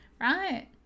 right